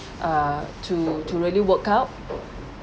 err to to really work out